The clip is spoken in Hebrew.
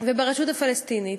וברשות הפלסטינית,